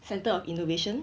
centre of innovation